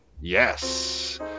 Yes